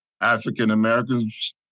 African-Americans